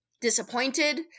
disappointed